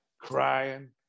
crying